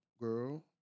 Girl